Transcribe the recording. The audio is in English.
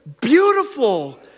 beautiful